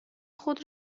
خود